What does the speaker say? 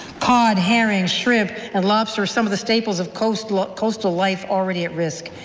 cod, herring, shrimp and lobster are some of the staples of coastal ah coastal life already at risk.